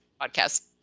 podcast